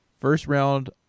first-round